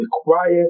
required